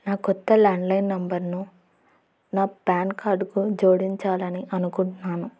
నా కొత్త ల్యాండ్లైన్ నెంబర్ను నా పాన్ కార్డుకు జోడించాలని అనుకుంటున్నాను